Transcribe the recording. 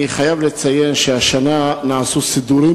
אני חייב לציין שהשנה נעשו סידורים